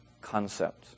concept